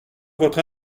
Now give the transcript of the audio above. votre